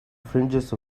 fringes